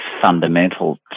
fundamental